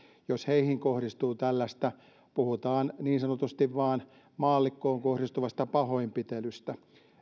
jos heihin kohdistuu tällaista puhutaan niin sanotusti vain maallikkoon kohdistuvasta pahoinpitelystä